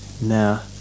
now